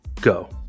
go